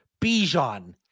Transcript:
Bijan